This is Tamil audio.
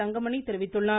தங்கமணி தெரிவித்துள்ளார்